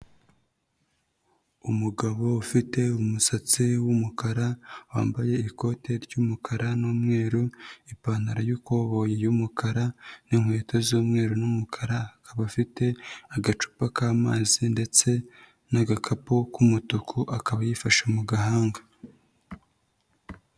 Umugabo ufite umusatsi w'umukara, wambaye ikote ry'umukara n'umweru, ipantaro y'ikoboyi y'umukara n'inkweto z'umweru n'umukara, akaba afite agacupa k'amazi ndetse n'agakapu k'umutuku, akaba yifashe mu gahanga.